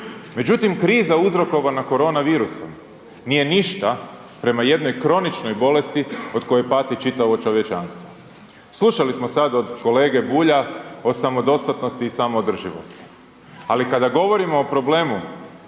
Međutim, kriza uzrokovana corona virusom nije ništa prema jednoj kroničnoj bolesti od koje pati čitavo čovječanstvo. Slušali smo sad od kolege Bulja od samodostatnosti i samoodrživosti, ali kada govorimo o problemu